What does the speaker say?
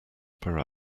per